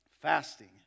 Fasting